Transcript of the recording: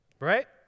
Right